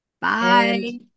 Bye